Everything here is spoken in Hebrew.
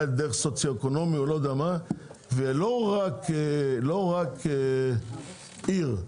אני לא מתכוון רק לעיר.